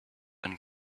and